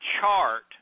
chart